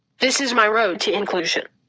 this is my road to inclusion.